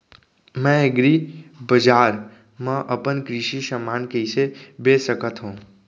मैं एग्रीबजार मा अपन कृषि समान कइसे बेच सकत हव?